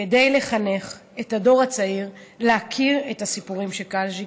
כדי לחנך את הדור הצעיר להכיר את הסיפורים של קאז'יק.